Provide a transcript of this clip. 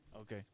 Okay